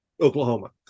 Oklahoma